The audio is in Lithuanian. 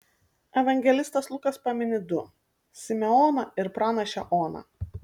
evangelistas lukas pamini du simeoną ir pranašę oną